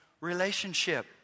relationship